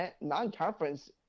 Non-conference